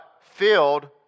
filled